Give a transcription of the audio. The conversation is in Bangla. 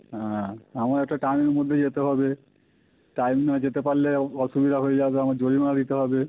হ্যাঁ আমার একটা টাইমের মধ্যে যেতে হবে টাইম না যেতে পারলে ও অসুবিধা হয়ে যাবে আমার জরিমানা দিতে হবে